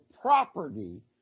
property